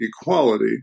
equality